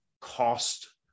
cost